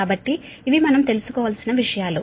కాబట్టి ఇవి మనం తెలుసుకోవలసిన విషయాలు